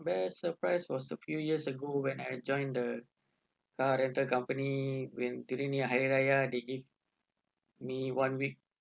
best surprise was a few years ago when I joined the car rental company when during the hari raya they give me one week